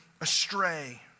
astray